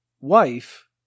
wife